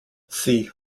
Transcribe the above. see